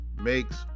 makes